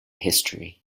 history